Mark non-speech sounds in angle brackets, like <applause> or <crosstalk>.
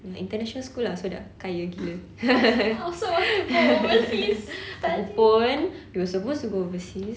ya international school lah so they're kaya gila <laughs> lagipun we were supposed to go overseas